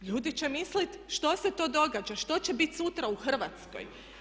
Ljudi će misliti što se to događa, što će biti sutra u Hrvatskoj.